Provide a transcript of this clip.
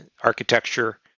architecture